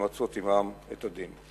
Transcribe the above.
ולמצות עמם את הדין.